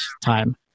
time